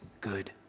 good